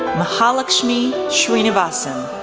mahalakshmi srinivasan,